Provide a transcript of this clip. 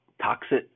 toxic